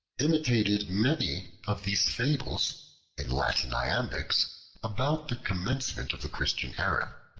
imitated many of these fables in latin iambics about the commencement of the christian era.